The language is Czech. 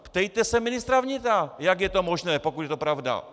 Ptejte se ministra vnitra, jak je to možné, pokud je to pravda.